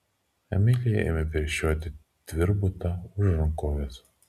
emilija ėmė pešioti tvirbutą už rankovės